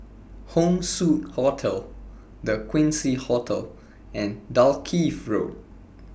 Home Suite Hotel The Quincy Hotel and Dalkeith Road